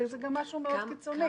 וזה גם משהו מאוד קיצוני.